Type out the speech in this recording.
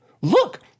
Look